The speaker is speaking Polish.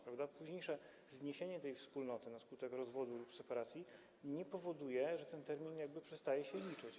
Późniejsze zniesienie tej wspólnoty na skutek rozwodu lub separacji nie powoduje, że ten termin przestaje się liczyć.